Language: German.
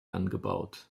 angebaut